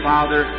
Father